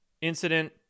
incident